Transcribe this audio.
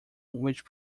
which